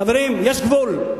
חברים, יש גבול.